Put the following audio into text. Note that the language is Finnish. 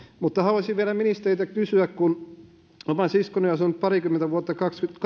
mutta haluaisin vielä ministeriltä kysyä että kun oma siskoni on asunut parikymmentä vuotta